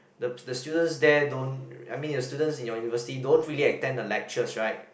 the the students there don't I mean the students in your university don't really attend the lectures right